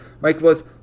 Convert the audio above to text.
Michaelis